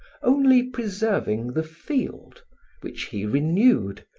only preserving the field which he renewed,